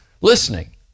listening